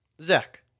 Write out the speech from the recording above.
Zach